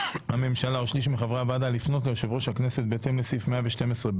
הממשלה או שליש מחברי הוועדה לפנות ליושב ראש הכנסת בהתאם לסעיף 112(ב)